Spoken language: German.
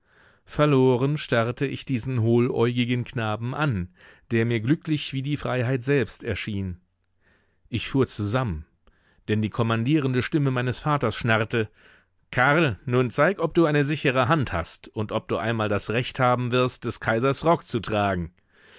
verloren starrte ich diesen hohläugigen knaben an der mir glücklich wie die freiheit selbst erschien ich fuhr zusammen denn die kommandierende stimme meines vaters schnarrte karl nun zeig ob du eine sichere hand hast und ob du einmal das recht haben wirst des kaisers rock zu tragen